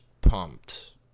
pumped